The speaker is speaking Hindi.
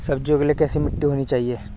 सब्जियों के लिए कैसी मिट्टी होनी चाहिए?